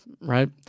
right